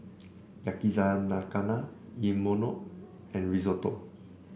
Yakizakana Imoni and Risotto